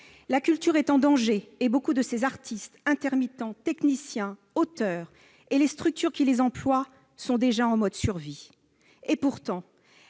La culture est en danger. Beaucoup de ses artistes, intermittents, techniciens et auteurs ainsi que les structures qui les emploient sont déjà en mode survie. Pourtant,